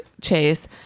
chase